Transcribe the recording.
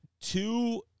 two